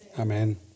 Amen